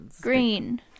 Green